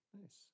Nice